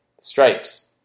stripes